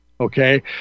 Okay